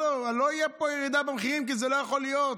לא תהיה פה ירידה במחירים כי זה לא יכול להיות.